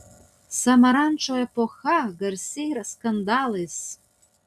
samarančo epocha garsi ir skandalais